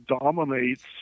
dominates